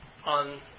on